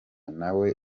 nawe